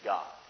God